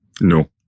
no